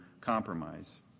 compromise